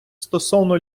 стосовно